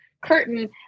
curtain